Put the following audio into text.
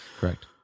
Correct